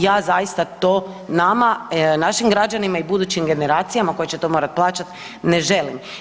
Ja zaista to nama, našim građanima i budućim generacijama koje će to morati plaćati ne želim.